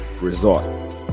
resort